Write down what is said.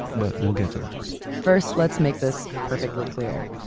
but we'll get to that first, let's make this perfectly clear.